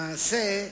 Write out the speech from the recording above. למעשה,